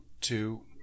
two